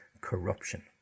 corruption